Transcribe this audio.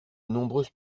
nombreuses